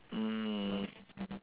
mm